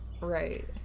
Right